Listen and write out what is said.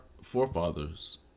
forefathers